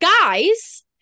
guys